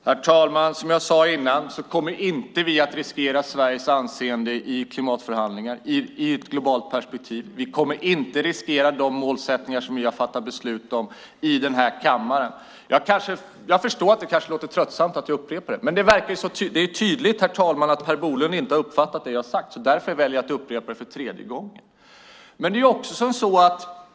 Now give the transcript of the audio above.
Herr talman! Som jag sade tidigare kommer vi inte att riskera Sveriges anseende i klimatförhandlingar i ett globalt perspektiv. Vi kommer inte att riskera de mål som vi har fattat beslut om i denna kammare. Jag förstår att det kanske är tröttsamt att jag upprepar det, men det är tydligt att Per Bolund inte har uppfattat det som jag har sagt. Därför väljer jag att upprepa det för tredje gången.